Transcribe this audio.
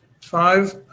Five